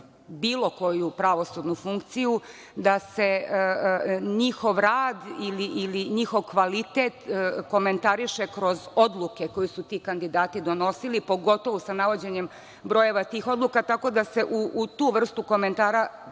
bilo koju pravosudnu funkciju, da se njihov rad ili njihov kvalitet komentariše kroz odluke koje su ti kandidati donosili, pogotovo sa navođenjem brojeva tih odluka, tako da se u tu vrstu komentara